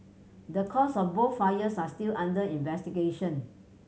the causes of both fires are still under investigation